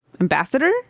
Ambassador